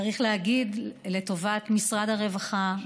צריך להגיד לזכות משרד הרווחה,